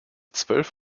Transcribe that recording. zwölf